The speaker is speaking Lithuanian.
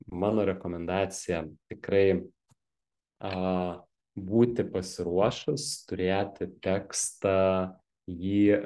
mano rekomendacija tikrai a būti pasiruošus turėti tekstą jį